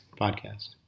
podcast